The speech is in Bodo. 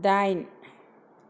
दाइन